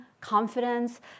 confidence